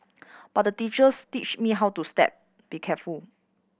but the teachers teach me how to step be careful